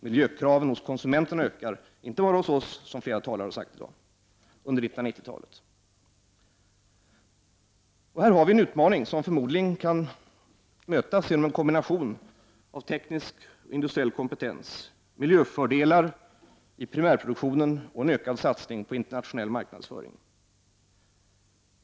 Miljökraven hos konsumenterna ökar under 1990 talet inte bara hos oss, vilket flera talare har sagt i dag. Här har vi en utmaning som förmodligen kan mötas genom en kombination av teknisk och industriell kompetens, miljöfördelar i primärproduktionen och en ökad satsning på internationell marknadsföring.